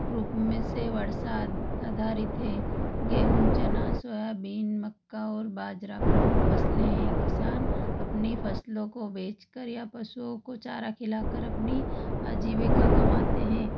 रूप में से वर्षा आधारित है गेहूँ चना सोयाबीन मक्का और बाजरा प्रमुख फसलें हैं किसान अपनी फसलों को बेचकर या पशुओं को चारा खिलाकर अपनी आजीविका कमाते हैं